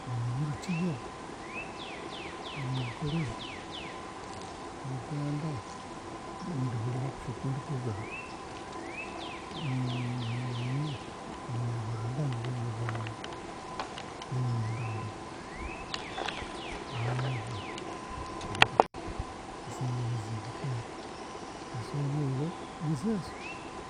Niimanya Orukiga, Orunyankore, Oruganda, ninduhurira kusha tindikurugamba, niimanya Orunyagwanda nirwe ndagamba kandi ninduhurira. Ezindi, ezindi niziiha kandi, zoona ezo, nizeezo.